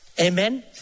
Amen